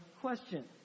question